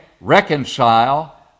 reconcile